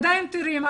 עדיין טריים,